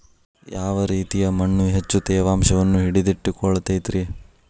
ಯಾವ ರೇತಿಯ ಮಣ್ಣ ಹೆಚ್ಚು ತೇವಾಂಶವನ್ನ ಹಿಡಿದಿಟ್ಟುಕೊಳ್ಳತೈತ್ರಿ?